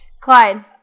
Clyde